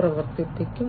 പ്രവർത്തിപ്പിക്കും